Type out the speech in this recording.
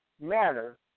matter